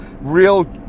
real